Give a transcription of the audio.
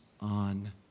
on